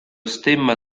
stemma